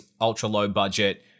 ultra-low-budget